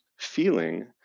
Feeling